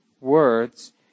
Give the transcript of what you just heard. words